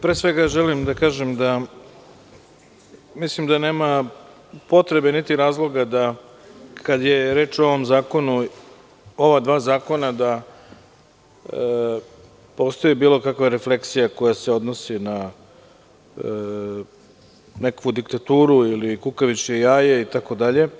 Pre svega želim da kažem da mislim da nema potrebe, niti razloga da, kada je reč o ova dva zakona, postoji bilo kakva refleksija koja se odnosi na nekakvu diktaturu ili kukavičije jaje itd.